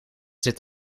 zit